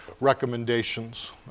recommendations